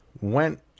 went